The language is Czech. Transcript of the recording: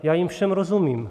Já jim všem rozumím.